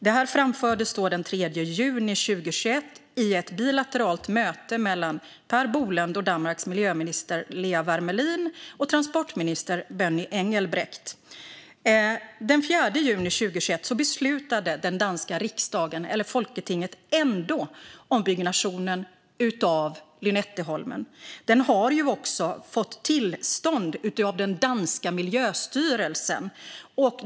Det här framfördes den 3 juni 2021 i ett bilateralt möte mellan Per Bolund och Danmarks miljöminister Lea Wermelin och transportminister Benny Engelbrecht. Den 4 juni 2021 beslutade den danska riksdagen, folketinget, ändå om byggnationen av Lynetteholmen. Tillstånd för den har också getts av den danska miljöstyrelsen.